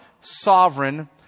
sovereign